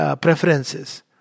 preferences